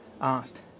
asked